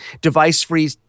device-free